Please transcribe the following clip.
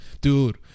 Dude